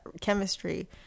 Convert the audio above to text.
chemistry